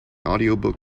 audiobook